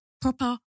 proper